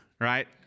Right